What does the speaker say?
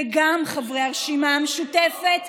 וגם, חברי הרשימה המשותפת,